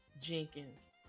Jenkins